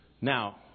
Now